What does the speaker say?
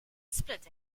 spilt